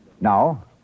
Now